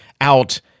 out